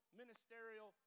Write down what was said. ministerial